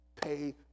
pay